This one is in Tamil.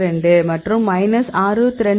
42 மற்றும் மைனஸ் 62